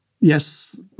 yes